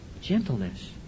Gentleness